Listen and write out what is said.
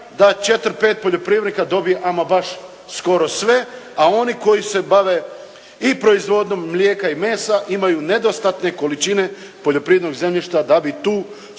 će 4-5 poljoprivrednika dobije ama baš skoro sve, a oni koji se bave i proizvodnjom mlijeka i mesa imaju nedostatne veličine poljoprivrednog zemljišta da bi tu stoku